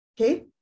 Okay